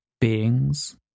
beings